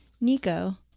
Nico